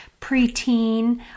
preteen